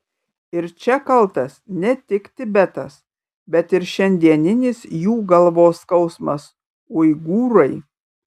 ir čia kaltas ne tik tibetas bet ir šiandieninis jų galvos skausmas uigūrai